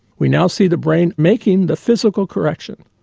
we now see the brain making the physical correction.